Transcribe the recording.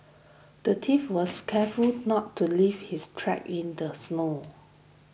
the thief was careful not to leave his tracks in the snow